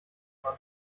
dran